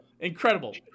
incredible